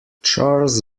charles